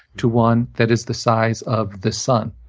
to one that is the size of the sun.